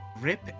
rip